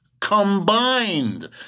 combined